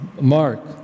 Mark